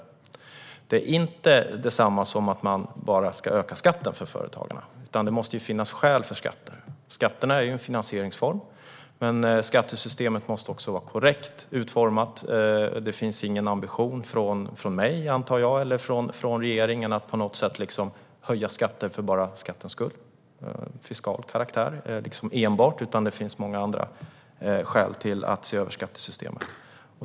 Detta är dock inte detsamma som att man bara ska höja skatten för företagarna. Det måste finnas skäl för skatter. Skatterna är ju en finansieringsform, men skattesystemet måste vara korrekt utformat. Varken jag eller regeringen har någon ambition att på något sätt höja skatter för sakens skull. Det finns inga ambitioner av enbart sådan fiskal karaktär. Däremot finns det många andra skäl att se över skattesystemet.